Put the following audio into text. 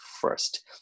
first